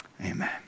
Amen